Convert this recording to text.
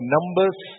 Numbers